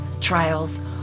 trials